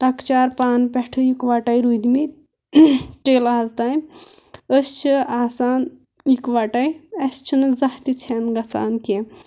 لۄکچار پانہٕ پٮ۪ٹھٕے یِکوَٹَے روٗدۍمِتۍ ٹِل آز تام أسۍ چھِ آسان یِکوٹَے اَسہِ چھُنہٕ زانٛہہ تہِ ژھٮ۪ن گَژھان کیٚنٛہہ